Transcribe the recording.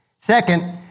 Second